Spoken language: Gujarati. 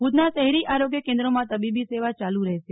ભુજના શહેરી આરોગ્ય કેન્દ્રોમાં તબીબી સેવા ચાલુ રહેશે